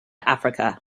africa